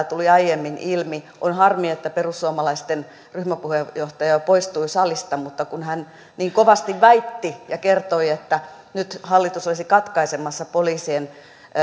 tuli aiemmin ilmi on harmi että perussuomalaisten ryhmäpuheenjohtaja poistui salista mutta kun hän niin kovasti väitti ja kertoi että nyt hallitus olisi katkaisemassa poliisien